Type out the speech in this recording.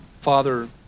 Father